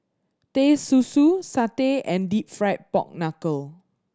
Teh Susu satay and Deep Fried Pork Knuckle